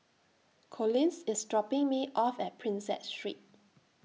Collins IS dropping Me off At Prinsep Street